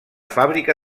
fàbrica